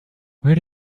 where